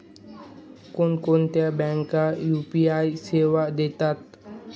कोणकोणत्या बँका यू.पी.आय सेवा देतात?